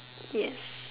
yes